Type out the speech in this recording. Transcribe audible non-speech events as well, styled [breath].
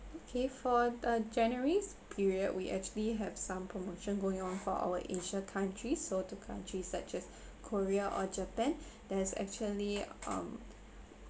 okay for the january's period we actually have some promotion going on for our asia countries so to countries such as [breath] korea or japan [breath] there's actually um